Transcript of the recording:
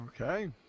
Okay